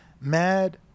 mad